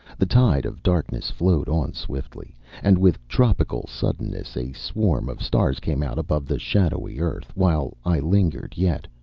the tide of darkness flowed on swiftly and with tropical suddenness a swarm of stars came out above the shadowy earth, while i lingered yet,